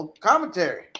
commentary